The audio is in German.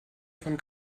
von